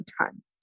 time